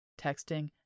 texting